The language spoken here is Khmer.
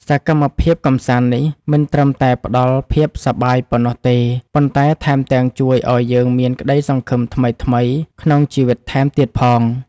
សកម្មភាពកម្សាន្តនេះមិនត្រឹមតែផ្ដល់ភាពសប្បាយប៉ុណ្ណោះទេប៉ុន្តែថែមទាំងជួយឱ្យយើងមានក្ដីសង្ឃឹមថ្មីៗក្នុងជីវិតថែមទៀតផង។